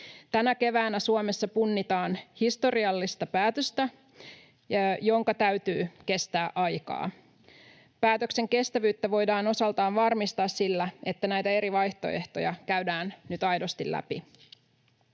Tänä keväänä Suomessa punnitaan historiallista päätöstä, jonka täytyy kestää aikaa. Päätöksen kestävyyttä voidaan osaltaan varmistaa sillä, että näitä eri vaihtoehtoja käydään nyt aidosti läpi.